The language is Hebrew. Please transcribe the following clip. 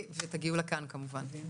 ותגיעו לכאן כמובן.